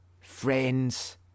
friends